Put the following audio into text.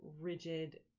rigid